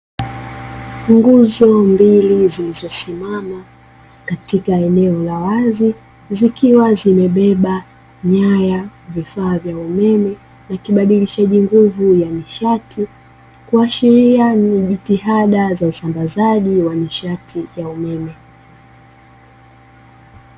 Nguzo mbili zilizosimama katika eneo la wazi zikiwa zimebeba nyaya, vifaa vya umeme na kibadilishaji nguvu ya nishati kuashiria ni jitihada za usambazaji wa nishati ya umeme.